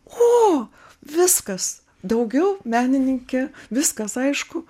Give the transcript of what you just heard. o viskas daugiau menininke viskas aišku